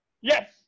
Yes